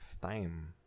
time